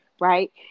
right